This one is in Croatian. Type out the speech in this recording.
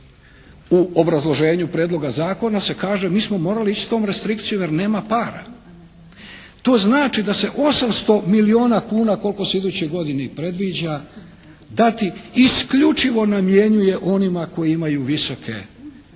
U obrazloženju prijedloga zakona se kaže mi smo morali ići tom restrikcijom jer nema para. To znači da se 800 milijuna kuna koliko se u idućoj godini predviđa dati, isključivo namjenjuje onima koji imaju visoke, iako